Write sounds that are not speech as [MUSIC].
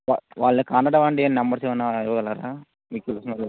వా వాళ్ళ contact [UNINTELLIGIBLE] numbers ఏమన్నా ఇవ్వగలరా మీకు తెలిసిన వాళ్ళు